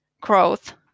growth